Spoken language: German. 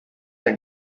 ein